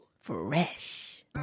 fresh